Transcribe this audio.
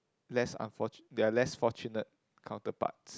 less unfortune their less fortunate counterparts